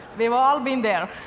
we've all been there.